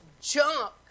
junk